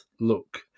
look